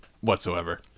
Whatsoever